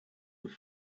have